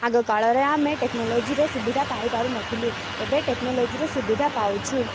ଆଗକାଳରେ ଆମେ ଟେକ୍ନୋଲୋଜିର ସୁବିଧା ପାଇପାରୁନଥିଲୁ ଏବେ ଟେକ୍ନୋଲୋଜିର ସୁବିଧା ପାଉଛୁ